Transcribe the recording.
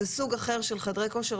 זה סוג אחר של חדרי כושר,